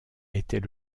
était